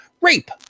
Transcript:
Rape